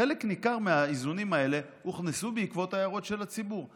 חלק ניכר מהאיזונים האלה הוכנסו בעקבות ההערות של הציבור.